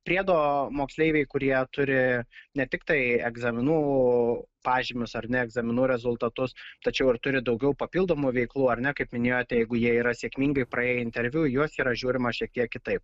priedo moksleiviai kurie turi ne tiktai egzaminų pažymius ar ne egzaminų rezultatus tačiau ir turi daugiau papildomų veiklų ar ne kaip minėjote jeigu jie yra sėkmingai praėję interviu į juos yra žiūrima šiek tiek kitaip